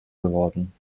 geworden